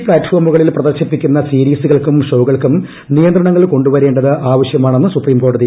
പ്താറ്റ്ഫോമുകളിൽ പ്രദർശിപ്പിക്കുന്ന സീരീസുകൾക്കും ഷോ കൾക്കും നിയന്ത്രണങ്ങൾ കൊണ്ടുവരേണ്ടത് ആവശ്യമാണെന്ന് സുപ്രീം കോടതി